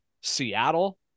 Seattle